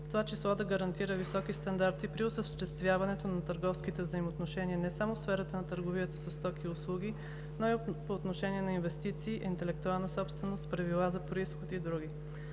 това число да гарантира високи стандарти при осъществяване на търговските взаимоотношения не само в сферата на търговията със стоки и услуги, но и по отношение на инвестиции, интелектуална собственост, правила за произход и други.